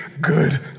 good